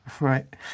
Right